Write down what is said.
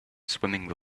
swimming